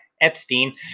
Epstein